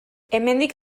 hemendik